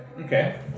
Okay